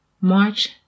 March